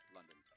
London